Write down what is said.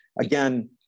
again